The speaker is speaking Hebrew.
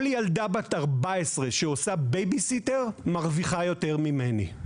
כל ילדה בת 14 שעושה בייביסיטר מרוויחה יותר ממני.